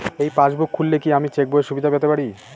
এই পাসবুক খুললে কি আমি চেকবইয়ের সুবিধা পেতে পারি?